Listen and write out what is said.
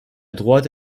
droite